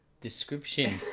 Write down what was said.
description